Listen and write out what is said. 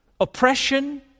oppression